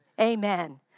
Amen